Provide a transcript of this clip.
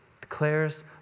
declares